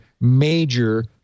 major